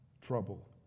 trouble